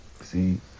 See